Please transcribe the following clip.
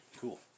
Cool